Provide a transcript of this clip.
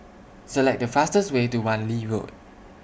Select The fastest Way to Wan Lee Road